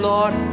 Lord